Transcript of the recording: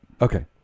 Okay